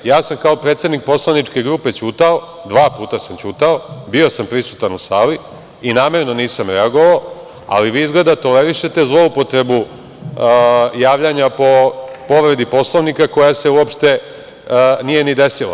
Ja sam kao predsednik poslaničke grupe ćutao, dva puta sam ćutao, bio sam prisutan u sali i namerno nisam reagovao, ali vi izgleda tolerišete zloupotrebu javljanja po povredi Poslovnika koja se uopšte nije ni desila.